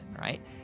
right